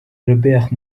robert